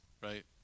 Right